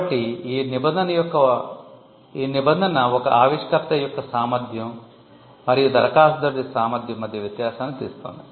కాబట్టి ఈ నిబంధన ఒక ఆవిష్కర్త యొక్క సామర్థ్యం మరియు దరఖాస్తుదారుడి సామర్థ్యం మధ్య వ్యత్యాసాన్ని తెస్తుంది